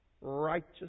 righteous